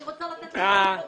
אני רוצה לתת לחיילים בודדים.